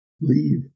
leave